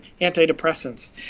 antidepressants